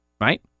right